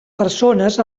persones